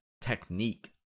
technique